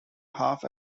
half